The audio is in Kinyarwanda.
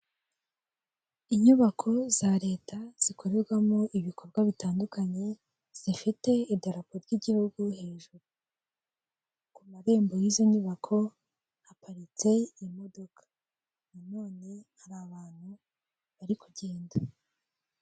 Inyubako za leta zikorerwamo ibikorwa bitandukanye, zifite idarapo ry'igihugu hejuru. Ku marembo y'izo nyubako haparitse imodoka. Na none hari abantu bari kugenda.